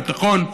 ביטחון,